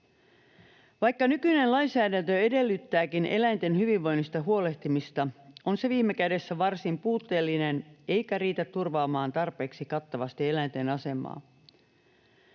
Vaikka nykyinen lainsäädäntö edellyttääkin eläinten hyvinvoinnista huolehtimista, on se viime kädessä varsin puutteellinen eikä riitä turvaamaan tarpeeksi kattavasti eläinten asemaa.